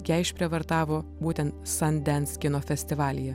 ją išprievartavo būtent sandens kino festivalyje